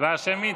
הצבעה שמית.